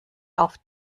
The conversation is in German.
auf